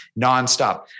Nonstop